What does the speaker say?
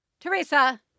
Teresa